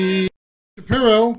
Shapiro